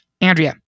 Andrea